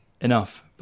enough